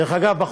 דרך אגב,